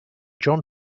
john